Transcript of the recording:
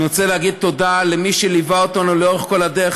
אני רוצה להגיד תודה למי שליווה אותנו לאורך כל הדרך,